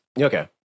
Okay